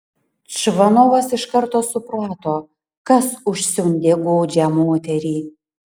čvanovas iš karto suprato kas užsiundė godžią moterį